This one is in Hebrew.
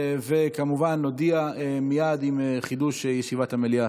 וכמובן נודיע מייד עם חידוש ישיבת המליאה.